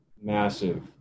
massive